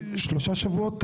כשלושה שבועות.